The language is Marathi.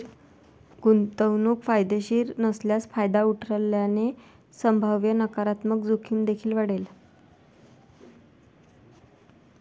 गुंतवणूक फायदेशीर नसल्यास फायदा उठवल्याने संभाव्य नकारात्मक जोखीम देखील वाढेल